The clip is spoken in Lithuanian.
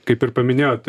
kaip ir paminėjot